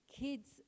Kids